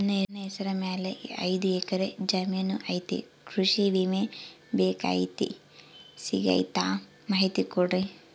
ನನ್ನ ಹೆಸರ ಮ್ಯಾಲೆ ಐದು ಎಕರೆ ಜಮೇನು ಐತಿ ಕೃಷಿ ವಿಮೆ ಬೇಕಾಗೈತಿ ಸಿಗ್ತೈತಾ ಮಾಹಿತಿ ಕೊಡ್ರಿ?